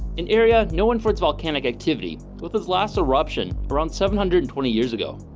an area known for its volcanic activity with his last eruption around seven hundred and twenty years ago.